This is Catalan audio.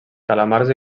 calamars